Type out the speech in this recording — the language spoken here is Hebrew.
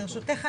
ברשותך,